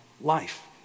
life